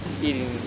eating